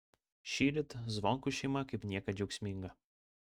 šįryt zvonkų šeima kaip niekad džiaugsminga